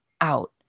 out